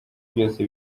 byose